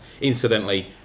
Incidentally